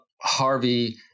Harvey